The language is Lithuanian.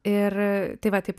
ir tai va taip